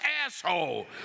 asshole